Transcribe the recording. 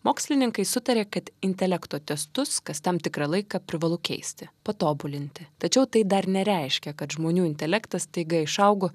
mokslininkai sutarė kad intelekto testus kas tam tikrą laiką privalu keisti patobulinti tačiau tai dar nereiškia kad žmonių intelektas staiga išaugo